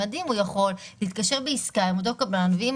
מדהים הוא יכול להתקשר בעסקה עם אותו קבלן ואם